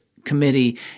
committee